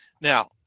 Now